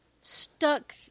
stuck